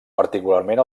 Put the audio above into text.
particularment